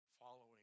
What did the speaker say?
following